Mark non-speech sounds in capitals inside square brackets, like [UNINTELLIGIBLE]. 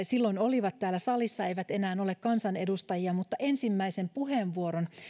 [UNINTELLIGIBLE] silloin olivat täällä salissa eivät enää ole kansanedustajia mutta ensimmäisen puheenvuoron